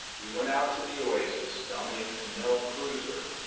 we went out to the oasis, dominique's amel cruiser,